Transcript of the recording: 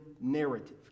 narrative